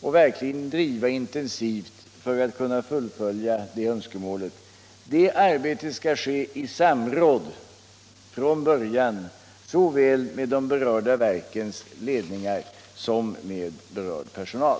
och verkligen bedriva intensivt för att kunna tillgodose det önskemålet skall ske i samråd från början, såväl med de berörda verkens ledningar som med berörd personal.